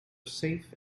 safe